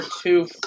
two